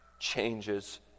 Changes